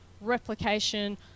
replication